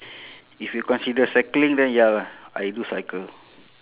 if you consider cycling then ya lah I do cycle